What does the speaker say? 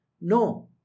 No